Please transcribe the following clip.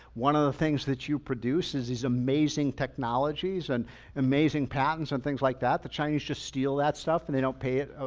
one of the things that you produce is these amazing technologies and amazing patents and things like that. the chinese just steal that stuff and they don't pay it, ah